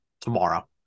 tomorrow